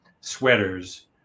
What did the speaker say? sweaters